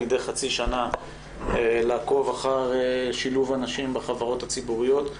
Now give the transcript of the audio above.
לעקוב מדי חצי שנה אחר שילוב נשים בחברות הציבוריות.